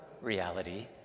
reality